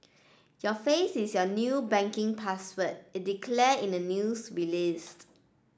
your face is your new banking password it declared in the news release